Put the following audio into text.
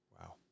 Wow